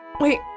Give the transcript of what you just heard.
Wait